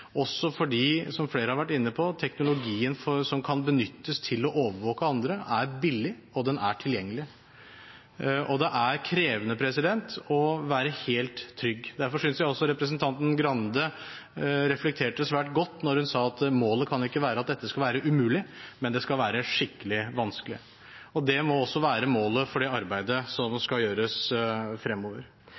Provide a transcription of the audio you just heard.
også fordi – som flere har vært inne på – teknologien som kan benyttes til å overvåke andre, er billig, og den er tilgjengelig. Det er krevende å være helt trygg. Derfor synes jeg også representanten Skei Grande reflekterte svært godt da hun sa at målet ikke kan være at dette skal være umulig, men det skal være skikkelig vanskelig. Det må også være målet for det arbeidet som skal gjøres fremover.